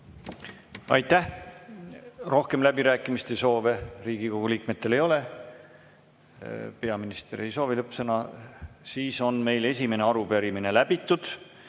Aitäh! Rohkem läbirääkimiste soove Riigikogu liikmetel ei ole. Peaminister ei soovi lõppsõna. Siis on meil esimene arupärimine läbitud.